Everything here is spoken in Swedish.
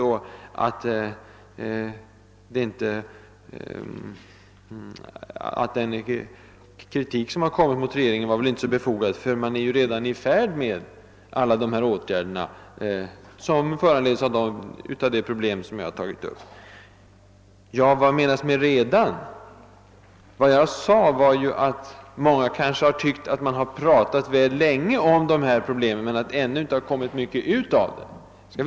Den kritik som framförts mot regeringen är enligt hans mening inte särskilt befogad, eftersom man redan är i färd med att vidta alla de åtgärder som behövs för att lösa de problem jag har tagit upp. Vad menas med »redan»? Jag sade att många kanske har tyckt att det har pratats väl länge om de här sakerna men att ännu inte mycket har kommit ut av allt pratet.